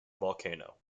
volcano